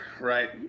right